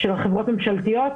של חברות ממשלתיות.